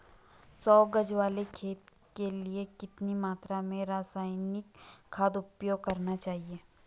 सौ गज वाले खेत के लिए कितनी मात्रा में रासायनिक खाद उपयोग करना चाहिए?